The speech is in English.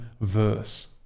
verse